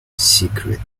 secret